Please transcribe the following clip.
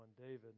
David